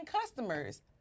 customers